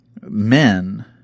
men –